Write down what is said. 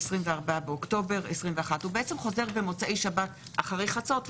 24 באוקטובר 2021. הוא בעצם חוזר במוצאי שבת אחרי חצות,